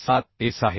707S आहे